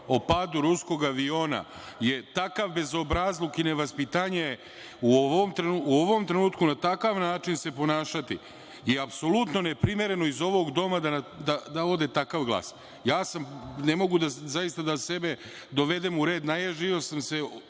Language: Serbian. o padu ruskog aviona, je takav bezobrazluk i nevaspitanje u ovom trenutku, na takav način se ponašati je apsolutno neprimereno iz ovog doma da ode takav glas. Ne mogu da sebe dovedem u red, naježio sam se,